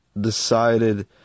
decided